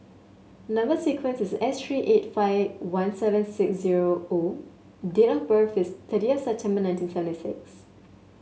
number sequence is S three eight five one seven six zero O date of birth is thirtieth September nineteen seventy six